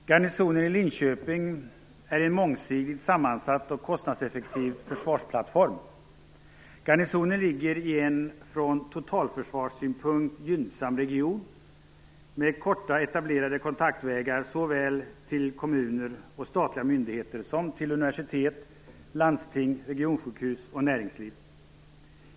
Herr talman! Garnisonen i Linköping är en mångsidigt sammansatt och kostnadseffektiv försvarsplattform. Garnisonen ligger i en från totalförsvarssynpunkt gynnsam region med korta och etablerade kontaktvägar såväl till kommuner och statliga myndigheter som till universitet, landsting, regionsjukhus och näringsliv.